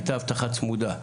הייתה לי אבטחה צמודה,